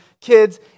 kids